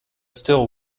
still